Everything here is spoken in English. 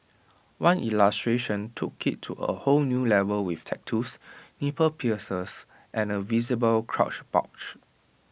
one illustration took IT to A whole new level with tattoos nipple piercings and A visible crotch bulge